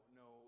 no